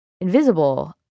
invisible